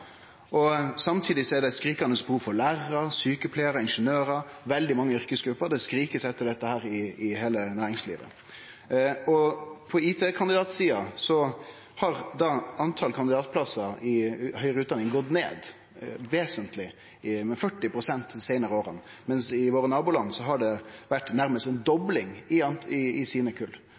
og samtidig er det eit skrikande behov for lærarar, sjukepleiarar, ingeniørar – veldig mange yrkesgrupper. Det blir skrike etter dei i heile næringslivet. På IT-kandidatsida har talet på kandidatplassar i høgare utdanning gått vesentleg ned, med 40 pst. dei seinare åra, mens i våre naboland har det vore nærast ei dobling i kulla. Ein går i